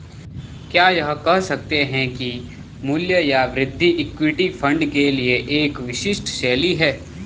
क्या यह कह सकते हैं कि मूल्य या वृद्धि इक्विटी फंड के लिए एक विशिष्ट शैली है?